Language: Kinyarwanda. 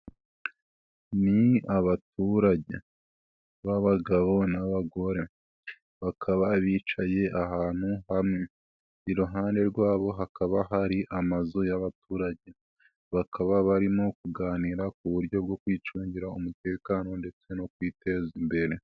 Ni abaturage, b'abagabo n'abagore, bakaba bicaye ahantu hamwe, iruhande rwabo hakaba hari amazu y'abaturage, bakaba barimo kuganira ku buryo bwo kwicungira umutekano ndetse no kwiteza imbere.